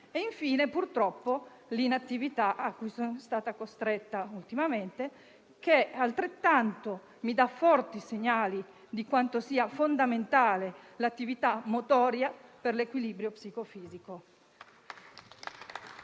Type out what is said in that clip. e infine, purtroppo, l'inattività a cui sono stata costretta ultimamente, che mi dà segnali altrettanto forti di quanto sia fondamentale l'attività motoria per l'equilibrio psicofisico.